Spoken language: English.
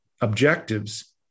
objectives